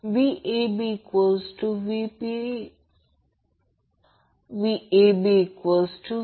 तर Z y जो connected आहे Z किंवा Zy हा 40 j 25 47